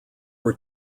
were